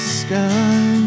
sky